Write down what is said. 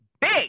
big